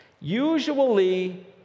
usually